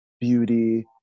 beauty